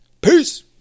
Peace